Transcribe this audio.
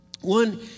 One